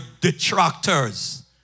detractors